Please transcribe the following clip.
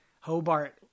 hobart